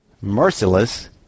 Merciless